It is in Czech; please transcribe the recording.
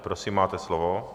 Prosím, máte slovo.